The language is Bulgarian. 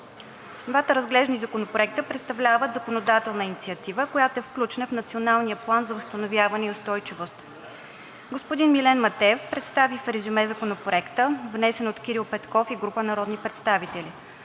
Двата разглеждани законопроекта представляват законодателна инициатива, която е включена в Националния план за възстановяване и устойчивост. Господин Милен Матеев представи в резюме Законопроекта, внесен от Кирил Петков и група народни представители.